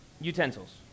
utensils